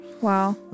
Wow